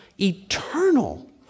eternal